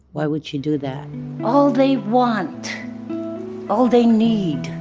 why would she do that all they want all they need.